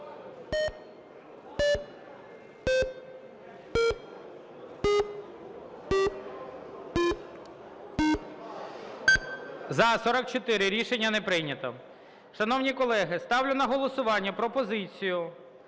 За-44 Рішення не прийнято.